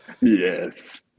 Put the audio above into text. Yes